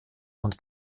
und